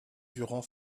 durand